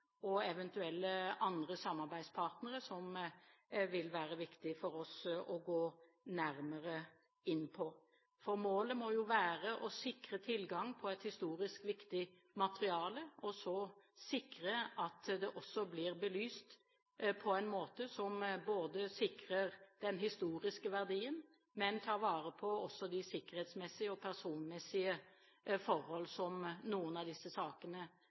og eventuelle andre samarbeidspartnere, som det vil være viktig for oss å gå nærmere inn på. Målet må jo være å sikre tilgang på et historisk viktig materiale og så sikre at det blir belyst på en måte som sikrer den historiske verdien, men også tar vare på de sikkerhetsmessige og personmessige forhold som noen av disse sakene